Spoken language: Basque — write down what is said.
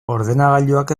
ordenagailuak